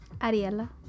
Ariella